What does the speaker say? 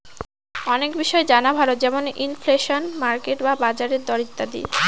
অনেক বিষয় জানা ভালো যেমন ইনফ্লেশন, মার্কেট বা বাজারের দর ইত্যাদি